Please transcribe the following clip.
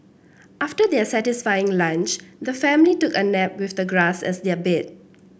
after their satisfying lunch the family took a nap with the grass as their bed